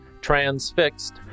Transfixed